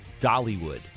Dollywood